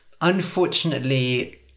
Unfortunately